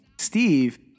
Steve